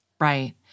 Right